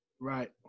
Right